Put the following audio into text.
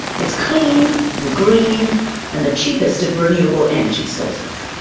it's clean and green and the cheapest of renewable energy sources.